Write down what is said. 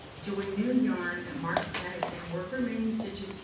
join new yarn at marked peg and work remaining stitches,